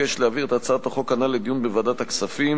ביקש להעביר את הצעת החוק הנ"ל לדיון בוועדת הכספים,